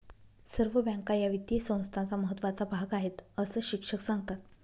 सर्व बँका या वित्तीय संस्थांचा महत्त्वाचा भाग आहेत, अस शिक्षक सांगतात